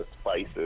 spices